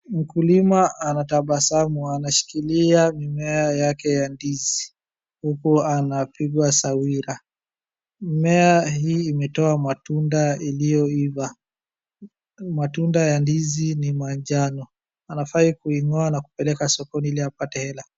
Mkulima anatabasamu. Anashikilia mimea yake ya ndizi huku anapigwa sawira. Mimea hii imetoa matunda iliyoiva. Matunda ya ndizi ni manjano. Anafaa kuing'oa ba kuipeleka sokoni ili apate hela.